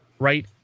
right